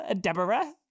Deborah